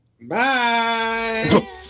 Bye